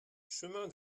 chemin